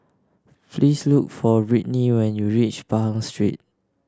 please look for Britny when you reach Pahang Street